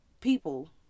people